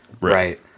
right